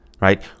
right